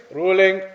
ruling